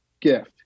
gift